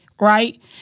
right